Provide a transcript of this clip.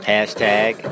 Hashtag